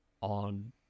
On